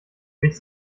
wich